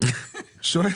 המקצועי,